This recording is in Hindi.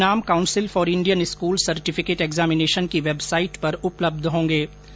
ये परिणाम council for Indian school certificate examination की वेबसाइट पर उपलब्ध होंगे